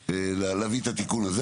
להביא את התיקון הזה.